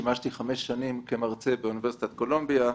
שימשתי חמש שנים כמרצה באוניברסיטת קולומביה.